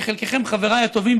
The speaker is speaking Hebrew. שחלקכם חבריי הטובים,